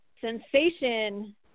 sensation